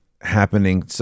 happening